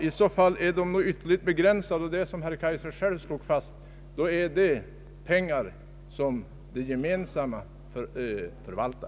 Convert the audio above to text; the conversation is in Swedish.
I så fall är de ytterligt begränsade, och som herr Kaijser själv slog fast är det då fråga om pengar som det allmänna förvaltar.